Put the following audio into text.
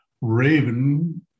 raven